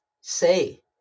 Say